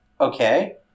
Okay